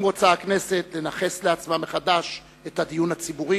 אם רוצה הכנסת לנכס לעצמה מחדש את הדיון הציבורי,